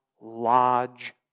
lodge